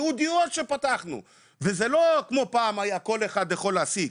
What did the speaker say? ייעודיות שפתחנו וזה לא כמו פעם היה כל אחד יכול להעסיק,